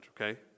okay